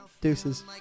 Deuces